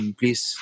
please